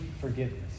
forgiveness